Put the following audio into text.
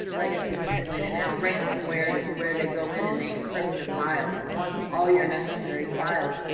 i guess we can explain it now, ransomware is where they go in and they encrypt your files all your necessary files,